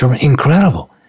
incredible